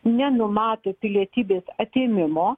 nenumato pilietybės atėmimo